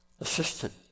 assistant